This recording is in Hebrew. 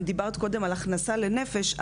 אם דיברת קודם על הכנס לנפש,